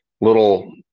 little